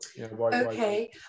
Okay